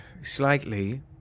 slightly